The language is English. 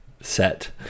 set